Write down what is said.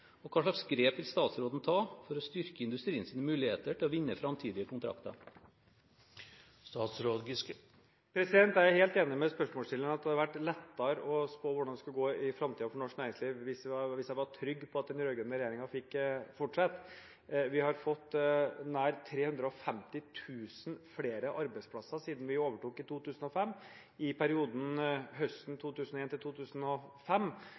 Og hva slags grep vil statsråden ta for å styrke industriens muligheter til å vinne framtidige kontrakter? Jeg er helt enig med spørsmålsstilleren i at det hadde vært lettere å spå hvordan det skulle gå i framtiden for norsk næringsliv hvis jeg var trygg på at den rød-grønne regjeringen fikk fortsette. Vi har fått nær 350 000 flere arbeidsplasser siden vi overtok i 2005. I perioden fra høsten 2001 til 2005,